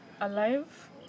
Alive